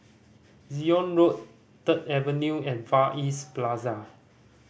Zion Road Third Avenue and Far East Plaza